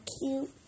cute